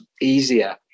easier